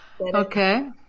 Okay